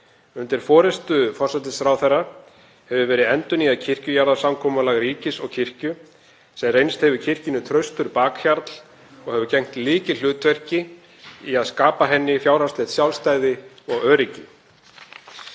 Undir forystu forsætisráðherra hefur verið endurnýjað kirkjujarðasamkomulag ríkis og kirkju sem reynst hefur kirkjunni traustur bakhjarl og hefur gegnt lykilhlutverki í að skapa henni fjárhagslegt sjálfstæði og öryggi.